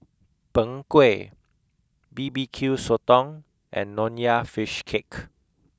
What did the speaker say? Png Kueh B B Q Sotong and Nonya Fish Cake